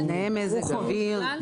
תנאי מזג אוויר.